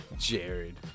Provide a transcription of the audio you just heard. Jared